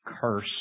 curse